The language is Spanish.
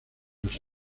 los